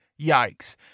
yikes